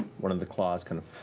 one of the claws kind of